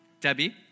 Debbie